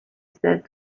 said